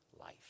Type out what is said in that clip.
life